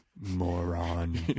Moron